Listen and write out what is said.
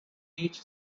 each